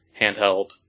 handheld